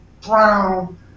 brown